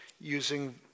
using